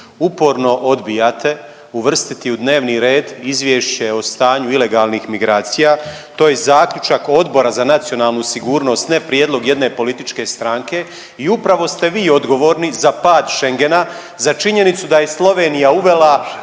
Uporno odbijate uvrstiti u dnevni red izvješće o stanju ilegalnih migracija. To je zaključak Odbora na nacionalnu sigurnost, ne prijedlog jedne političke stranke i upravo ste vi odgovorni za pad Schengena, za činjenicu da je Slovenija uvela